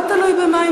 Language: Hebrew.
תלוי במה.